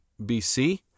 BC